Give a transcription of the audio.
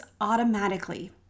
automatically